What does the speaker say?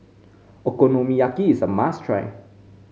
Okonomiyaki is a must try